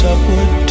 Upward